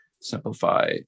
simplify